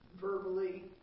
verbally